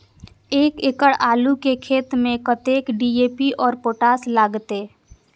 एक एकड़ आलू के खेत में कतेक डी.ए.पी और पोटाश लागते?